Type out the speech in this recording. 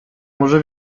może